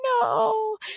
No